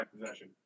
possession